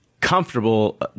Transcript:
comfortable